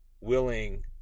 willing